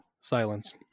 silence